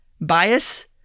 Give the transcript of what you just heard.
bias